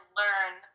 learn